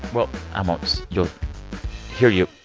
well, i won't you'll hear you.